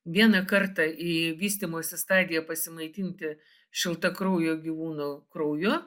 vieną kartą į vystymosi stadiją pasimaitinti šiltakraujo gyvūno krauju